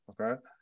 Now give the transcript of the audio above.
Okay